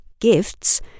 Gifts